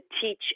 teach